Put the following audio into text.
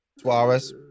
Suarez